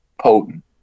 potent